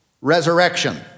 Resurrection